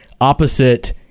opposite